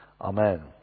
Amen